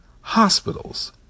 hospitals